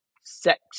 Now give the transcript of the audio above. Sex